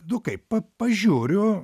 nu kaip p pažiūriu